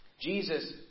Jesus